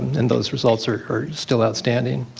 and those results are are still outstanding.